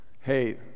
hey